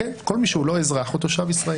כן, כל מי שהוא לא אזרח או תושב ישראלי.